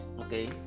okay